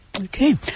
Okay